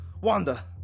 Wanda